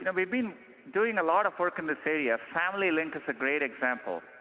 you know we've been doing a lot of work in this area. family link is a great example,